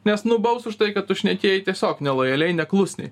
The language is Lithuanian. nes nubaus už tai kad tu šnekėjai tiesiog nelojaliai neklusniai